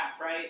right